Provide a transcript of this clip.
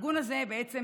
הארגון הזה בעצם,